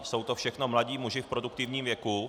Jsou to všechno mladí muži v produktivním věku.